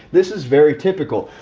this is very typical.